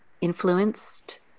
influenced